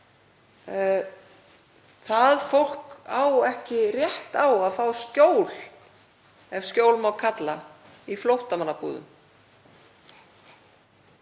það fólk á ekki rétt á að fá skjól, ef skjól má kalla, í flóttamannabúðum.